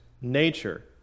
nature